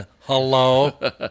Hello